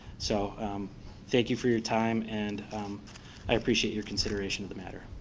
so thank you for your time, and i appreciate your consideration in the matter.